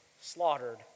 slaughtered